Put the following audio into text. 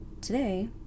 today